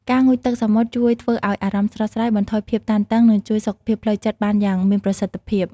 ការងូតទឹកសមុទ្រជួយធ្វើឲ្យអារម្មណ៍ស្រស់ស្រាយ បន្ថយភាពតានតឹង និងជួយសុខភាពផ្លូវចិត្តបានយ៉ាងមានប្រសិទ្ធភាព។